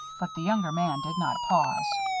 but the younger man did not pause.